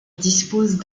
disposent